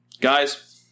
Guys